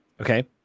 Okay